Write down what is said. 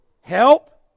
Help